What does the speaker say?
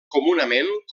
comunament